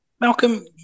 Malcolm